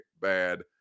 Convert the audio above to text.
bad